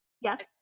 yes